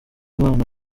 bana